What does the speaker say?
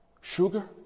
Sugar